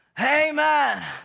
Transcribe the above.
Amen